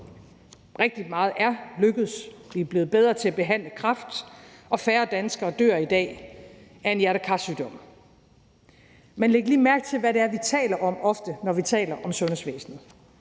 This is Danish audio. Rigtig meget er lykkedes. Vi er blevet bedre til at behandle kræft, og færre danskere dør i dag af en hjerte-kar-sygdom. Men læg lige mærke til, hvad det er, vi ofte taler om, når vi taler om sundhedsvæsenet: